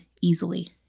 easily